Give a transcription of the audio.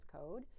code